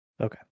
Okay